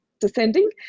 descending